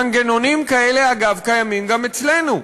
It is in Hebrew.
מנגנונים כאלה, אגב, קיימים גם אצלנו.